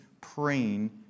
praying